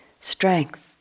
strength